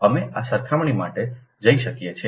અમે આ સરખામણી માટે જઇ શકીએ છીએ